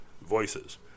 voices